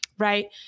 Right